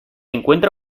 encuentra